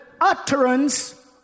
utterance